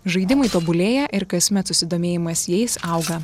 žaidimai tobulėja ir kasmet susidomėjimas jais auga